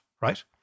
right